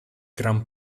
gran